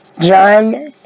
John